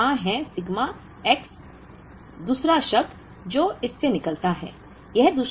क्योंकि वहाँ है sigma X 2nd शब्द जो इससे निकलता है